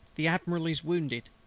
the admiral is wounded.